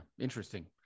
interesting